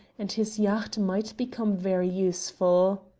and his yacht might become very useful.